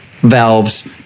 valves